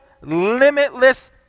limitless